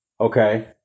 Okay